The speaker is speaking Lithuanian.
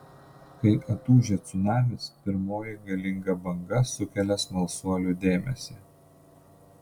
kai atūžia cunamis pirmoji galinga banga sukelia smalsuolių dėmesį